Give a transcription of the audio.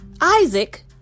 Isaac